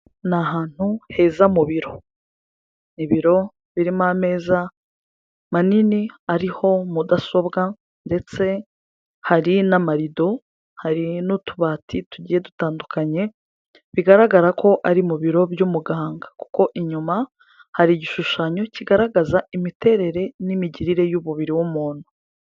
Ni ahantu heza mu biro, ibiro birimo ameza manini ariho mudasobwa ndetse hari n'amarido, hari n'utubati tugiye dutandukanye, bigaragara ko ari mu biro by'umuganga kuko inyuma hari igishushanyo kigaragaza imiterere, n'imigirire y'umubiri w'umuntu.